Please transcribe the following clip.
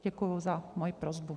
Děkuji za moji prosbu.